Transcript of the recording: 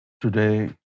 Today